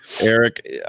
Eric